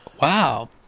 Wow